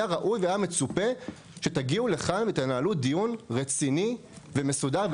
היה ראוי והיה מצופה שתגיעו לכאן ותנהלו דיון רציני ומסודר.